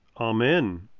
Amen